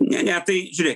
ne ne tai žiūrėkit